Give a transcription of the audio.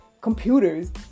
computers